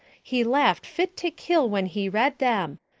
he laughed fit to kill when he read them.